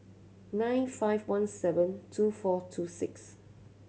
nine five one seven two four two six